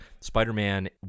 Spider-Man